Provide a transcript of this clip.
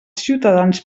ciutadans